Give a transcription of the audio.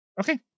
Okay